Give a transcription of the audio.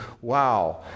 wow